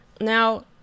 Now